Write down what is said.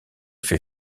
fait